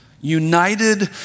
united